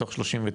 מתוך 39,